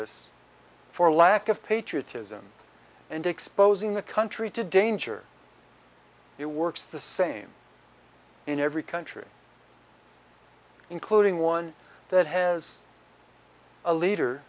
us for lack of patriotism and exposing the country to danger it works the same in every country including one that has a leader